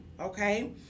okay